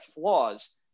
flaws